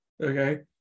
Okay